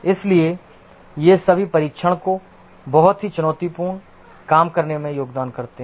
इसलिए ये सभी परीक्षण को बहुत ही चुनौतीपूर्ण काम बनाने में योगदान करते हैं